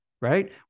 right